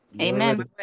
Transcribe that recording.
Amen